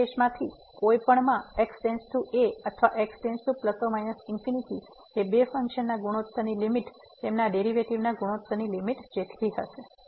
બંને કેસ માંથી કોઈ પણ માં x → a અથવા x→±∞ બે ફંક્શન ના ગુણોત્તરની લીમીટ તેમના ડેરીવેટીવ ના ગુણોત્તરની લીમીટ જેટલી હશે